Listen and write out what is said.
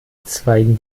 zweigen